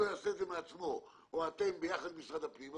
יעשה את זה מעצמו או אתם ביחד עם משרד הפנים,